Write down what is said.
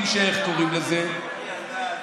ערבים.